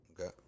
Okay